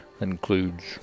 includes